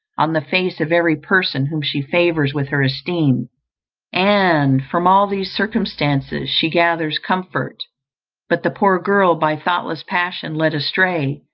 on the face of every person whom she favours with her esteem and from all these circumstances she gathers comfort but the poor girl by thoughtless passion led astray,